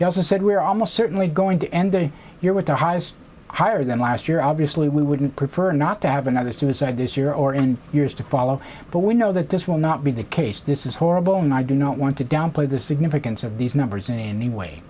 duty he also said we are almost certainly going to end the year with the highest higher than last year obviously we wouldn't prefer not to have another suicide this year or in years to follow but we know that this will not be the case this is horrible and i do not want to downplay the significance of these numbers in a way